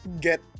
get